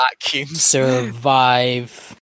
survive